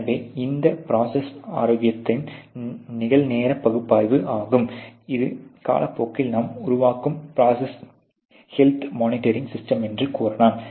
எனவே இது ப்ரோசஸ் ஆரோக்கியத்தின் நிகழ்நேர பகுப்பாய்வு ஆகும் இது காலப்போக்கில் நாம் உருவாக்கும் ப்ரோசஸ் ஹெல்த் மொனிட்டரிங் சிஸ்டம் என்று கூறலாம்